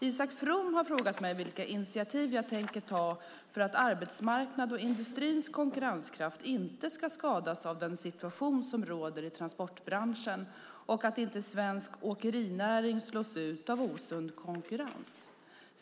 Isak From har frågat mig vilka initiativ jag tänker ta för att arbetsmarknaden och industrins konkurrenskraft inte ska skadas av den situation som råder i transportbranschen och för att inte svensk åkerinäring ska slås ut av osund konkurrens.